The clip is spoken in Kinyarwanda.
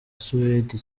suwedi